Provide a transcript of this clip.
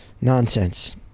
nonsense